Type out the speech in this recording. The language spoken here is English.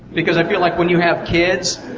because i feel like when you have kids,